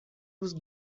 روز